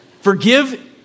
Forgive